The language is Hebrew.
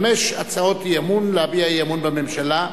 חמש הצעות אי-אמון להביע אי-אמון בממשלה,